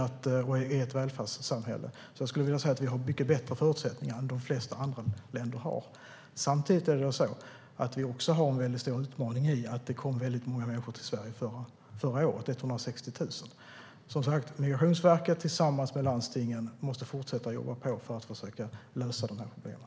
Vi är ett välfärdssamhälle. Jag skulle vilja säga att vi har mycket bättre förutsättningar än de flesta andra länder har. Samtidigt har vi en stor utmaning i att det kom många människor till Sverige förra året - 160 000. Migrationsverket måste som sagt tillsammans med landstingen fortsätta att jobba på för att försöka lösa problemen.